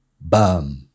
bam